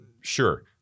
Sure